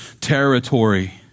territory